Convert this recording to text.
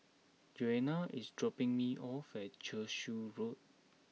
Joanna is dropping me off at Cashew Road